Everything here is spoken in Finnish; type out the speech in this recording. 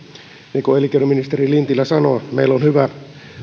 niin kuin elinkeino ministeri lintilä sanoi meillä on hyvä